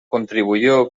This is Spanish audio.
contribuyó